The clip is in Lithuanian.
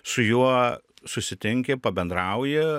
su juo susitinki pabendrauji